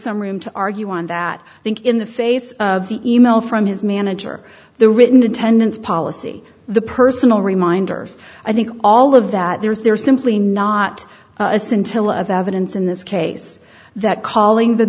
some room to argue on that think in the face of the email from his manager the written attendance policy the personal reminders i think all of that there's simply not a scintilla of evidence in this case that calling the